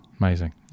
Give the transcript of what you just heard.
Amazing